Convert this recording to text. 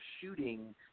shooting